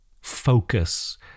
focus